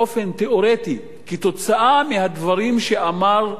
כתוצאה מהדברים שאמר הרב של צפת